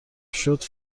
شود